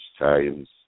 Italians